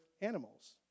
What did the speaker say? animals